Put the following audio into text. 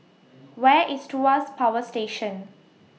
Where IS Tuas Power Station